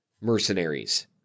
mercenaries